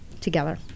together